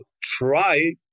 try